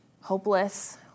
hopeless